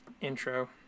intro